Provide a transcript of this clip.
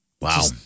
Wow